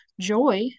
joy